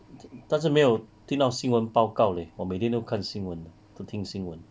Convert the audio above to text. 但是没有听到新闻报告 leh 我每天都看新闻听新闻